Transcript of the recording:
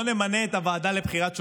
בוא נמנה את הוועדה לבחירת שופטים,